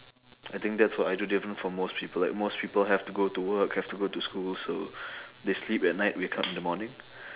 I think that's what I do different from most people like most people have to go to work have to go to school so they sleep at night wake up in the morning